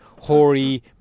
hoary